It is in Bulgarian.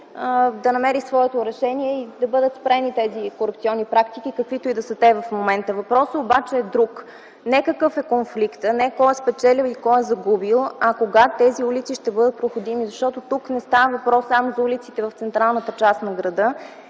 да намери своето решение и да бъдат спрени тези корупционни практики, каквито и да са те в момента. Въпросът обаче е друг – не какъв е конфликта, не кой е спечелил и кой е загубил, а кога тези улици ще бъдат проходими? Защото тук не става въпрос само за улиците в централната част на града